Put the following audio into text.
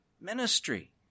ministry